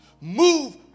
Move